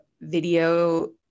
video